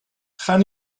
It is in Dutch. gaan